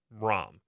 ROM